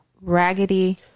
raggedy